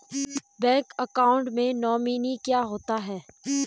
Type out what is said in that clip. Bank account में nominee क्या होता है?